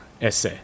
esse